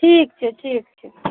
ठीक छै ठीक छै